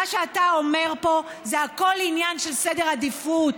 מה שאתה אומר פה זה הכול עניין של סדר עדיפויות: